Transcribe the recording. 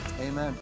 Amen